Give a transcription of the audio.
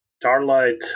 starlight